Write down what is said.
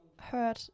heard